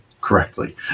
correctly